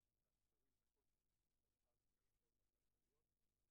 אם היית כאן ברשימה כשהגשנו אותה, היית